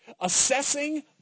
assessing